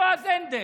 מה יודע יועז הנדל?